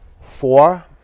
four